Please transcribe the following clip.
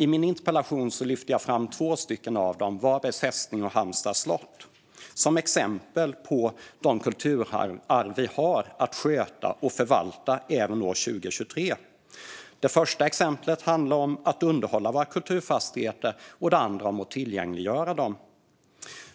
I min interpellation lyfter jag fram två av dem som exempel på kulturarv som vi har att sköta och förvalta även 2023 - Varbergs fästning och Halmstads slott. Det första exemplet handlar om att underhålla våra kulturfastigheter och det andra om att tillgängliggöra dem.